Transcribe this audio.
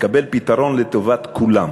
תקבל פתרון, לטובת כולם,